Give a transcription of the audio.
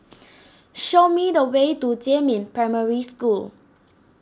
show me the way to Jiemin Primary School